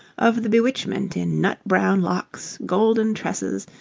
of the bewitchment in nut-brown locks, golden tresses,